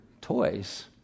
toys